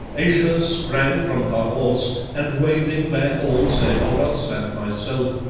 ayesha sprang from her horse, and waving back all save oros and myself,